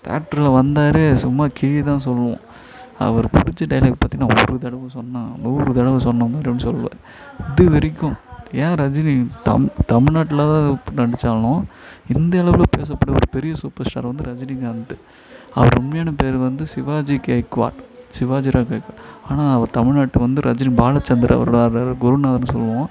தேட்ரில் வந்தாலே சும்மா கிழி தான் சொல்லுவோம் அவர் பிடிச்ச டயலாக் பார்த்தீங்கன்னா ஒரு தடவை சொன்னால் நூறு தடவை சொன்னமாதிரி அப்படின்னு சொல்லுவார் இது வரைக்கும் ஏன் ரஜினி தம் தமிழ்நாட்டில் நடித்தாலும் இந்திய அளவில் பேசக்கூடிய ஒரு பெரிய சூப்பர் ஸ்டார் வந்து ரஜினிகாந்த்து அவர் உண்மையான பேர் வந்து சிவாஜி கெய்க் குவார்ட் சிவாஜி ரகு கெய்க் குவார்ட் ஆனால் அவர் தமிழ்நாட்டு வந்து ரஜினி பாலச்சந்தர் அவர்களால் குருநாதர்னு சொல்லுவோம்